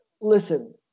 listen